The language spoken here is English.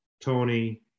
Tony